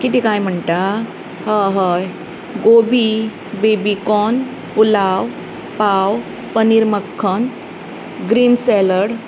कितें कांय म्हण्टा हय हय gobi baby corn pulao pav paneer makhan green salad